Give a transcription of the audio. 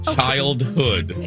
Childhood